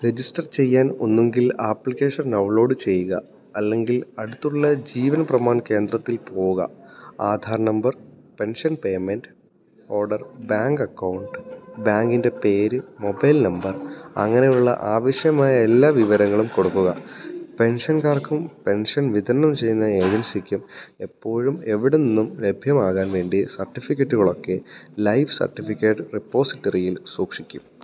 register ചെയ്യാൻ ഒന്നുങ്കിൽ application download ചെയ്യുക അല്ലെങ്കിൽ അടുത്തുള്ള ജീവൻ പ്രമാൺ കേന്ദ്രത്തിൽ പോവുക Aadhaar number pension payment order bank account ബാങ്കിൻ്റെ പേര് മൊബൈൽ നമ്പർ അങ്ങനെയുള്ള ആവശ്യമായ എല്ലാ വിവരങ്ങളും കൊടുക്കുക പെൻഷൻകാർക്കും പെൻഷൻ വിതരണം ചെയ്യുന്ന ഏജൻസിക്കും എപ്പോഴും എവിടെ നിന്നും ലഭ്യമാകാൻ വേണ്ടി സർട്ടിഫിക്കറ്റുകളൊക്കെ ലൈവ് സർട്ടിഫിക്കേറ്റ് റെപ്പോസിറ്ററിയിൽ സൂക്ഷിക്കും